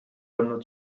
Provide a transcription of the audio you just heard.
olnud